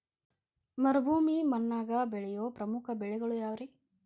ಮರುಭೂಮಿ ಮಣ್ಣಾಗ ಬೆಳೆಯೋ ಪ್ರಮುಖ ಬೆಳೆಗಳು ಯಾವ್ರೇ?